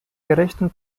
gerechten